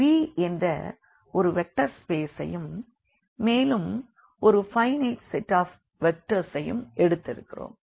Vஎன்ற ஒரு வெக்டர் ஸ்பேசையும் மேலும் ஒரு பைனைட் செட் ஆஃப் வெக்டார்ஸையும் எடுத்திருக்கிறோம்